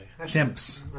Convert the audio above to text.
dimps